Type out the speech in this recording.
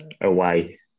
Away